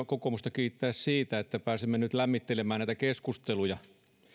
kokoomusta kiittää siitä että pääsemme nyt lämmittelemään näitä keskusteluja